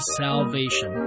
salvation